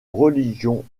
religion